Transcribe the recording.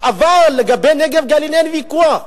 אבל לגבי נגב-גליל אין ויכוח.